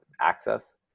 Access